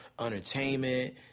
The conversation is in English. Entertainment